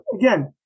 Again